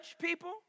people